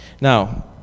Now